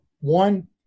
One